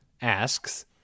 asks